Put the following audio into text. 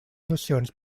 nocions